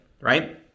right